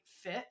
fit